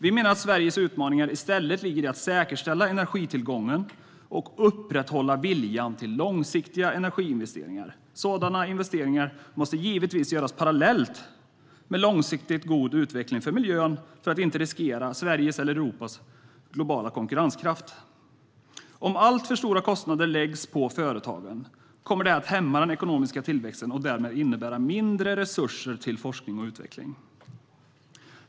Vi menar att Sveriges utmaning i stället ligger i att säkerställa energitillgången och upprätthålla viljan till långsiktiga energiinvesteringar. Sådana investeringar måste givetvis göras parallellt med en långsiktigt god utveckling för miljön för att inte riskera Sveriges eller Europas globala konkurrenskraft. Om alltför stora kostnader läggs på företagen kommer det att hämma den ekonomiska tillväxten och därmed innebära mindre resurser till forskning och utveckling.